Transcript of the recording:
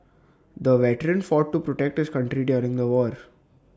the veteran fought to protect his country during the war